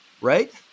right